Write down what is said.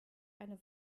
eine